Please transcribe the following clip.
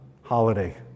holiday